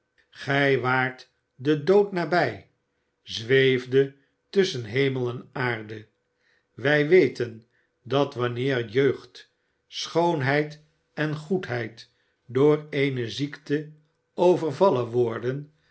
gij waart den dood nabij zweefdet tusschen hemel en aarde wij weten dat wanneer jeugd schoonheid en goedheid door eene ziekte overvallen worden